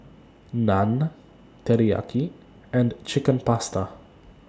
Naan Teriyaki and Chicken Pasta